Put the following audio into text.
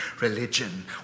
religion